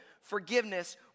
forgiveness